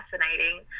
fascinating